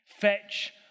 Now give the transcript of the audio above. fetch